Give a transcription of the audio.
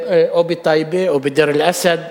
או בטייבה או בדיר-אל-אסד,